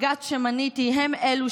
עם תזוזות של חצאי אחוזים.